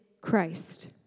Christ